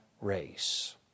race